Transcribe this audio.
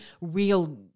real